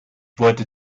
wollte